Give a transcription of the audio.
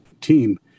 team